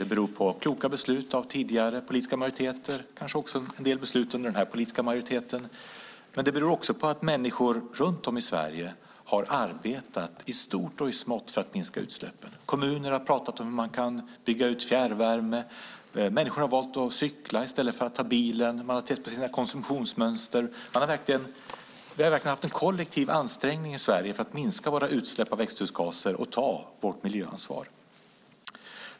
Det beror på kloka beslut av tidigare politiska majoriteter och kanske också en del beslut under den här politiska majoriteten, men det beror också på att människor runt om i Sverige har arbetat i stort och smått för att minska utsläppen. Kommuner har pratat om hur man kan bygga ut fjärrvärme, människor har valt att cykla i stället för att ta bilen, man har tittat på sina konsumtionsmönster och så vidare. Vi har verkligen haft en kollektiv ansträngning i Sverige för att minska våra utsläpp av växthusgaser och ta vårt miljöansvar.